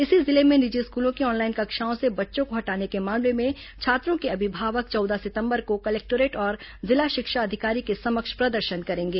इसी जिले में निजी स्कूलों की ऑनलाइन कक्षाओं से बच्चों को हटाने के मामले में छात्रों के अभिमावक चौदह सितंबर को कलेक्टोरेट और जिला शिक्षा अधिकारी के समक्ष प्रदर्शन करेंगे